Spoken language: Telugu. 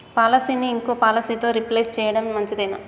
పాలసీని ఇంకో పాలసీతో రీప్లేస్ చేయడం మంచిదేనా?